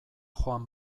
joan